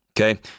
Okay